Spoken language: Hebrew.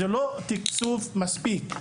זה לא תקצוב מספק.